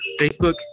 Facebook